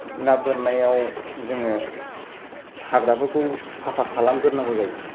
ना बोननायाव जोङो हाग्राफोरखौ साफा खालामग्रोनांगौ जायो